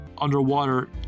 underwater